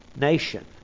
nation